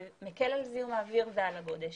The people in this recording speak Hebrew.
מקל על זיהום האוויר ועל הגודש.